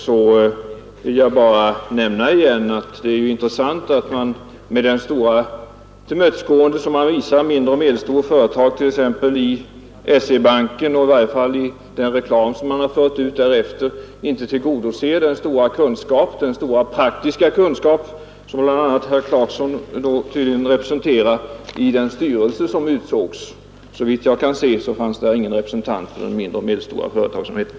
Så vill jag åter nämna, att det är intressant att man med det stora tillmötesgående som man tydligen visar mindre och medelstora företag, t.ex. i SE-banken och i varje fall i den reklam som man för ut, inte tar vara på den stora praktiska kunskap, som bl.a. herr Clarkson anser sig representera, i den styrelse som utsågs. Såvitt jag kan se fanns där ingen representant för den mindre och medelstora företagsamheten.